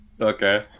Okay